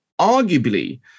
arguably